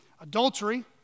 Adultery